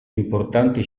importanti